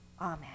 Amen